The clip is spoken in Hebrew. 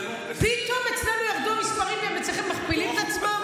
פתאום אצלנו ירדו המספרים ואצלכם הם מכפילים את עצמם?